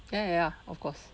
ya ya ya of course